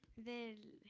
the